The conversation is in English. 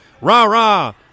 rah-rah